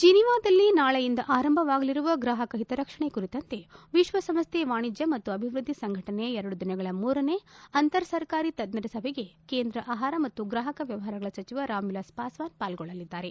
ಜಿನಿವಾದಲ್ಲಿ ನಾಳೆಯಿಂದ ಆರಂಭವಾಗಲಿರುವ ಗ್ರಾಹಕ ಹಿತರಕ್ಷಣೆ ಕುರಿತಂತೆ ವಿಶ್ವಸಂಸ್ಲೆ ವಾಣಿಜ್ಯ ಮತ್ತು ಅಭಿವೃದ್ದಿ ಸಂಘಟನೆಯ ಎರಡು ದಿನಗಳ ಮೂರನೇ ಅಂತರ ಸರ್ಕಾರಿ ತಜ್ಜರ ಸಭೆಗೆ ಕೇಂದ್ರ ಆಹಾರ ಮತ್ತು ಗ್ರಾಪಕರ ವ್ವವಹಾರಗಳ ಸಚಿವ ರಾಂವಿಲಾಸ್ ಪಾಸ್ವಾನ್ ಪಾಲ್ಗೊಳ್ಳಲಿದ್ದಾರೆ